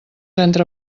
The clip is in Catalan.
entre